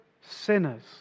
sinners